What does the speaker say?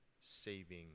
saving